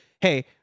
hey